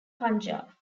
punjab